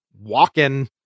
walking